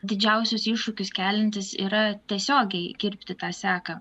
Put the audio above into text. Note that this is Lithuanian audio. didžiausius iššūkius keliantis yra tiesiogiai kirpti tą seką